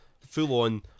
full-on